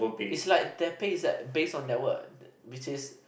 it's like their pay is like based on their what which is